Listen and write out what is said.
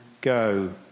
go